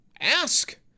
ask